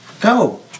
Go